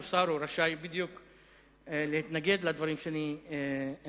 הוא שר, הוא רשאי להתנגד לדברים שאני אומר,